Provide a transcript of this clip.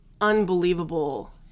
unbelievable